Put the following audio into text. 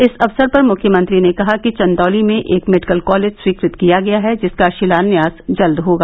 इस अवसर पर मुख्यमंत्री ने कहा कि चन्दौली में एक मेडिकल कॉलेज स्वीकृत किया गया है जिसका शिलान्यास जल्द होगा